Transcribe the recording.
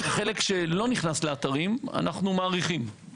את החלק שלא נכנס לאתרים אנחנו מעריכים.